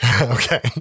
Okay